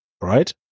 right